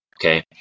Okay